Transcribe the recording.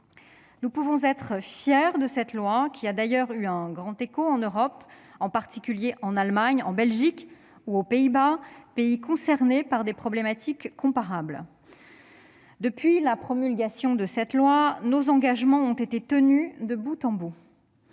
Nous pouvons être fiers de cette loi, qui a d'ailleurs eu un grand retentissement en Europe, en particulier en Allemagne, en Belgique ou aux Pays-Bas, pays concernés par des problématiques comparables. Depuis sa promulgation, nos engagements ont été tenus de bout en bout.